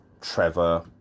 Trevor